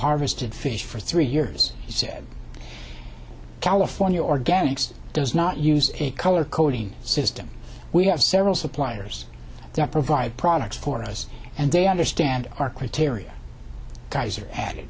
harvested fish for three years he said california organics does not use a color coding system we have several suppliers that provide products for us and they understand our criteria kaiser added